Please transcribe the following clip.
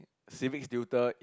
civics tutor